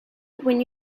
when